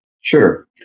Sure